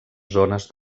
zones